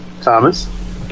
Thomas